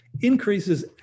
increases